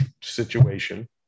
situation